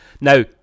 now